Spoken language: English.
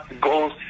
goals